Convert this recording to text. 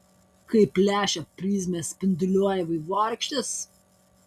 kaip lęšio prizmės spinduliuoja vaivorykštes